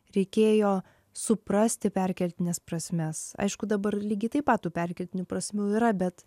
reikėjo suprasti perkeltines prasmes aišku dabar lygiai taip pat tų perkeltinių prasmių yra bet